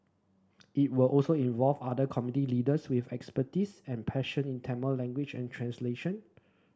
it will also involve other community leaders with expertise and passion in Tamil language and translation